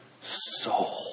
soul